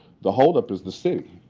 the holdup is the city.